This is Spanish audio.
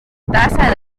taza